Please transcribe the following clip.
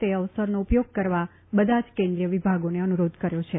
તે અવસરનો ઉપયોગ કરવા બધા જ કેન્દ્રિય વિભાગોને અનુરોધ કર્યો છે